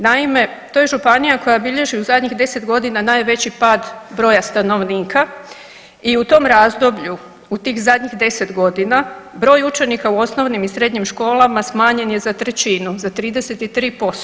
Naime, to je županija koja bilježi u zadnjih 10.g. najveći pad broja stanovnika i u tom razdoblju, u tih zadnjih 10.g. broj učenika u osnovnim i srednjim školama smanjen je za trećinu, za 33%